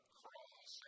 cross